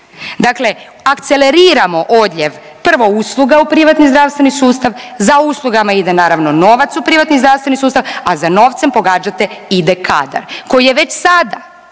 Dakle, akceleriramo odljev prvo usluga u privatni zdravstveni sustav, za uslugama ide naravno novac u privatni zdravstveni sustav, a za novcem pogađate ide kadar koji je već sada